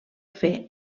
fer